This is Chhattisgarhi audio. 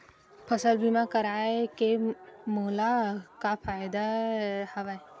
फसल बीमा करवाय के मोला का फ़ायदा हवय?